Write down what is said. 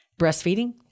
breastfeeding